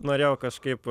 norėjau kažkaip